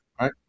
right